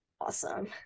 awesome